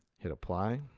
hit apply,